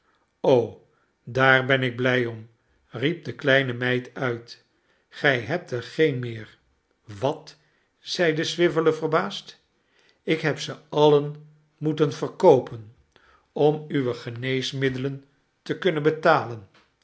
daar ben ik blij om riep de kleine meid uit gij hebt er geen meer wat zeide swiveller verbaasd ik heb ze alien moeten verkoopen om uwe geneesmiddelen te kunnen betalen